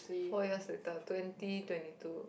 four years later twenty twenty two